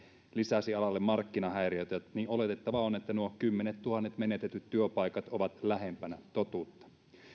lisäsi alalle markkinahäiriötä niin oletettavaa on että nuo kymmenettuhannet menetetyt työpaikat ovat lähempänä totuutta